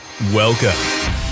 Welcome